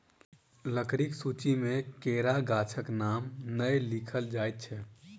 लकड़ीक सूची मे केरा गाछक नाम नै लिखल जाइत अछि